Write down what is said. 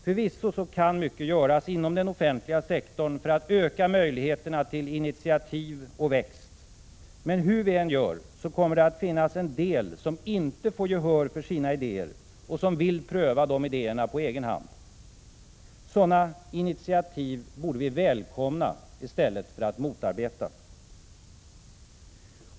Förvisso kan mycket göras inom den offentliga sektorn för att öka möjligheterna till initiativ och växt, men hur vi än gör kommer det att finnas en del som inte får gehör för sina idéer och som vill pröva de idéerna på egen hand. Sådana initiativ borde vi välkomna i stället för att motarbeta.